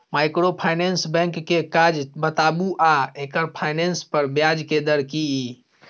Microfinance bank के काज बताबू आ एकर फाइनेंस पर ब्याज के दर की इ?